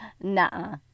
nah